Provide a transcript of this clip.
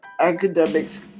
academics